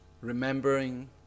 remembering